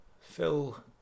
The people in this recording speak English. Phil